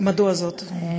מדוע זאת?